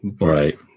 Right